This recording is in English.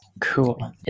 Cool